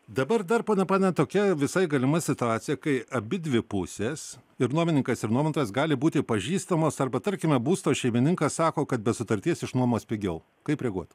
dabar dar ponia panina tokia visai galima situacija kai abidvi pusės ir nuomininkas ir nuomotojas gali būti pažįstamos arba tarkime būsto šeimininkas sako kad be sutarties išnuomos pigiau kaip reaguoti